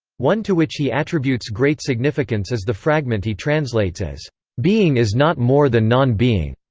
one to which he attributes great significance is the fragment he translates as being is not more than non-being,